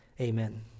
Amen